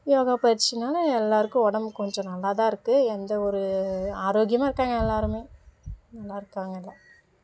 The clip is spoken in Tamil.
யோகா பயிற்சினால் எல்லோருக்கும் உடம்பு கொஞ்சம் நல்லா தான் இருக்குது எந்த ஒரு ஆரோக்கியமாக இருக்காங்க எல்லோருமே நல்லா இருக்காங்க எல்லாம்